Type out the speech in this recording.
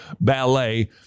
ballet